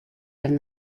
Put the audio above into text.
from